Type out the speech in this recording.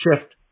shift